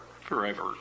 forever